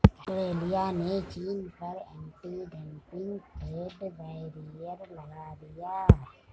Australia ने चीन पर एंटी डंपिंग ट्रेड बैरियर लगा दिया